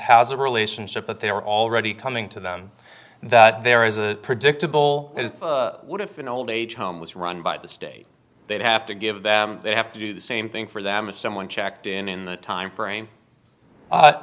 has a relationship that they are already coming to them that there is a predictable what if in old age home was run by the state they'd have to give them they have to do the same thing for them if someone checked in in the timeframe